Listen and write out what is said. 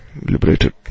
Liberated